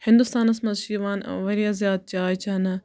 ہِندُستانَس مَنٛز چھِ یِوان واریاہ زیاد چاے چٮ۪نہٕ